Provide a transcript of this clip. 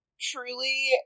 truly